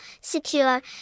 secure